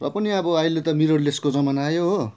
र पनि अब अहिले त मिररलेसको जमाना आयो हो